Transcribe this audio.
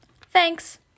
Thanks